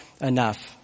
enough